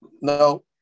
no